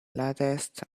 latest